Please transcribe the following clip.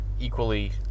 equally